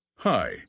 Hi